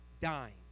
dying